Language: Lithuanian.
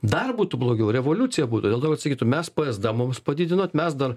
dar būtų blogiau revoliucija būtų dėl to kad sakytų mes p es da mums padidinot mes dar